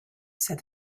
said